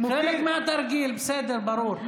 חלק מהתרגיל, בסדר, ברור.